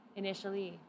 initially